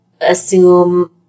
assume